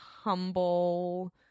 humble